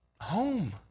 home